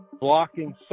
blocking